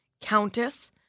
Countess